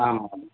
आं महोदये